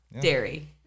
Dairy